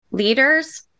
leaders